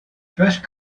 fresh